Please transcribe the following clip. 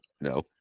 No